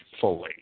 fully